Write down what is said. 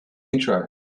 intro